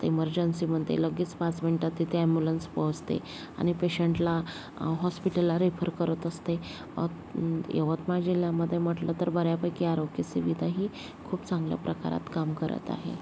तर इमर्जन्सीमध्ये लगेच पाच मिनटात तिथे ॲम्ब्युलन्स पोचते आणि पेशंटला हॉस्पिटलला रेफर करत असते यवतमाळ जिल्ह्यामध्ये म्हटलं तर बऱ्यापैकी आरोग्य सेवेतही खूप चांगल्या प्रकारात काम करत आहे